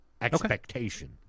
Expectation